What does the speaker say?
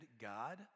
God